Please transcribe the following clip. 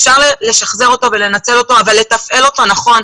אפשר לשחזר אותו ולנצל אותו אבל לתפעל אותו נכון.